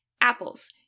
Apples